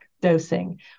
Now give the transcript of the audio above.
dosing